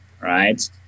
right